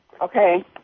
okay